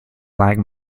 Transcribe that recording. black